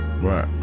Right